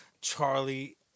Charlie